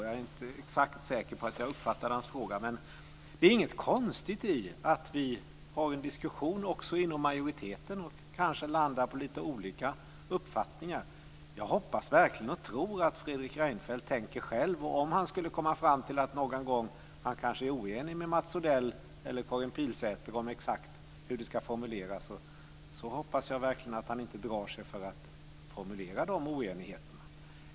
Jag är inte exakt säker på att jag uppfattade hans fråga. Men det är inget konstigt i att vi har en diskussion också inom majoriteten och kanske landar på lite olika uppfattningar. Jag hoppas verkligen och tror att Fredrik Reinfeldt tänker själv. Om han skulle komma fram till att han någon gång kanske är oenig med Mats Odell eller Karin Pilsäter om exakt hur det ska formuleras hoppas jag verkligen att han inte drar sig för att formulera de oenigheterna.